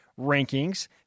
rankings